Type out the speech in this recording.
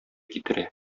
китерә